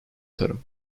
tarım